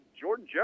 Jordan